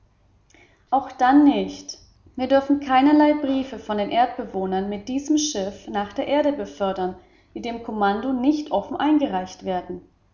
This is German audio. auch dann nicht wir dürfen keinerlei briefe von erdbewohnern mit diesem schiff nach der erde befördern die dem kommando nicht offen eingereicht werden